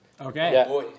Okay